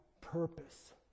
purpose